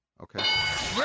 Okay